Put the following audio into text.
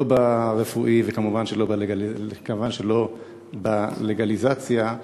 לא ברפואי, וכמובן שלא בלגליזציה.